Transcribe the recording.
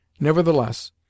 Nevertheless